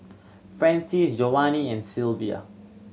Francies Jovanny and Silvia